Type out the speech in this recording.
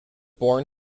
born